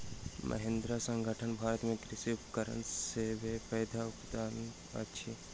महिंद्रा संगठन भारत में कृषि उपकरणक सब सॅ पैघ उत्पादक अछि